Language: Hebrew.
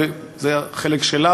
זה החלק שלה,